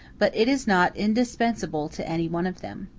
but it is not indispensable to any one of them.